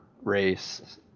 race